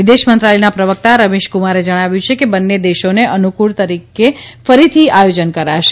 વિદેશ મંત્રાલયના પ્રવક્તા રવીશક્રમારે જણાવ્યું કે બન્ને દેશોને અનુક્રળ તારીકે ફરીથી આયોજન કરાશે